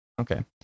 Okay